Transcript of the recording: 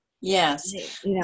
Yes